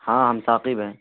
ہاں ہم ثاقب ہیں